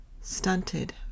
stunted